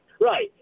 Right